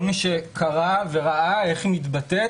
כל מי שקרא וראה איך היא מתבטאת,